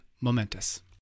Momentous